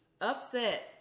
upset